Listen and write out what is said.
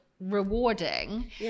rewarding